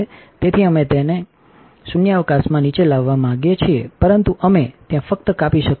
તેથી અમે તેને vacંચા શૂન્યાવકાશમાં નીચે લાવવા માગીએ છીએ પરંતુ અમે ત્યાં ફક્ત કાપી શકતા નથી